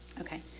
Okay